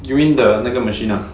you mean the 那个 machine ah